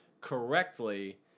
correctly